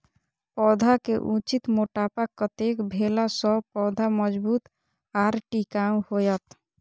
पौधा के उचित मोटापा कतेक भेला सौं पौधा मजबूत आर टिकाऊ हाएत?